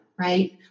right